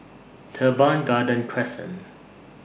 Teban Garden Crescent